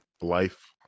life